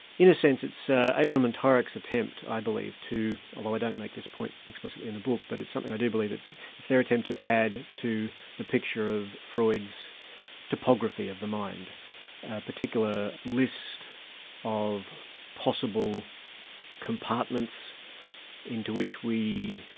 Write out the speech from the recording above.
in a sense it's so abraham and torok's attempt i believe, to although i don't make this point explicitly in the book, but it's something i do believe it's it's their attempt to add to the picture of freud's topography of the mind, a particular list of possible compartments into which we,